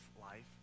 life